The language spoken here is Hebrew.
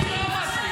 אני לא אמרתי.